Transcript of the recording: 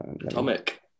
Atomic